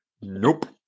Nope